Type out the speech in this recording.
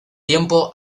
tiempo